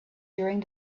during